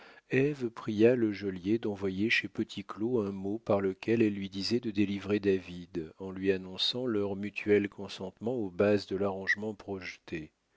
pria le geôlier d'envoyer chez petit claud un mot par lequel elle lui disait de délivrer david en lui annonçant leur mutuel consentement aux bases de l'arrangement projeté